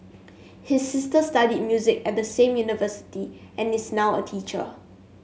his sister studied music at the same university and is now a teacher